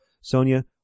Sonia